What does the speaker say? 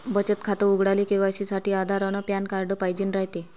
बचत खातं उघडाले के.वाय.सी साठी आधार अन पॅन कार्ड पाइजेन रायते